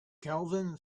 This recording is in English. kelvin